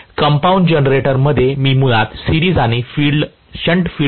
तर कंपाऊंड जनरेटरमध्ये मी मुळात सिरिज आणि शंट फील्ड असणार आहे